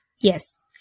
Yes